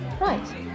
right